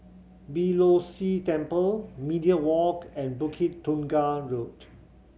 Beeh Low See Temple Media Walk and Bukit Tunggal Road